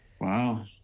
wow